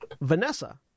Vanessa